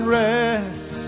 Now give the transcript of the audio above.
rest